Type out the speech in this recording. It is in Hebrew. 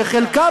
שחלקם,